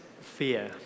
fear